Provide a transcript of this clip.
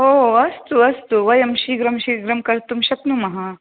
ओ अस्तु अस्तु वयं शीघ्रं शीघ्रं कर्तुं शक्नुमः